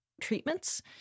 treatments